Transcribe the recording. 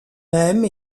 même